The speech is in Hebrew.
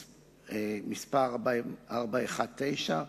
מס' 419,